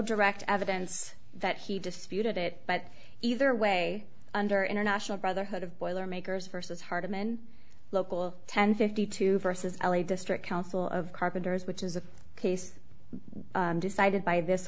direct evidence that he disputed it but either way under international brotherhood of boilermakers versus hardiman local ten fifty two versus l a district council of carpenters which is a case decided by this